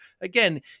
Again